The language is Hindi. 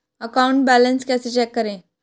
अकाउंट बैलेंस कैसे चेक करें?